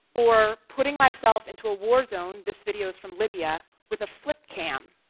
or putting myself into a war-zone, this video's from libya, with a flip-cam,